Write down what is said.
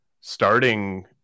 starting